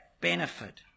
benefit